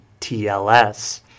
TLS